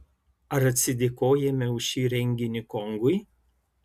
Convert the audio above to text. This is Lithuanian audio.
ar atsidėkojame už šį renginį kongui